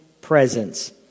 presence